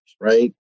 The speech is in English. right